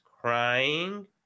crying